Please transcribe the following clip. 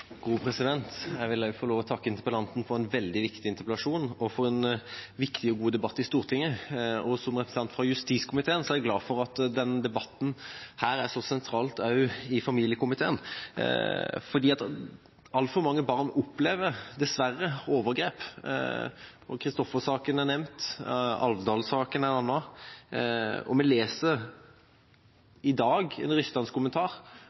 for en veldig viktig interpellasjon og for en viktig og god debatt i Stortinget. Som representant fra justiskomiteen er jeg glad for at denne debatten er så sentral også i familiekomiteen, fordi altfor mange barn opplever dessverre overgrep. Christoffer-saken er nevnt. Alvdal-saken er en annen. Vi leser i dag en rystende kommentar